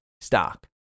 stock